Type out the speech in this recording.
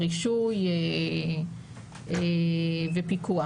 רישוי ופיקוח.